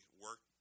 work